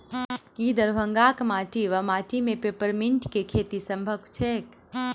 की दरभंगाक माटि वा माटि मे पेपर मिंट केँ खेती सम्भव छैक?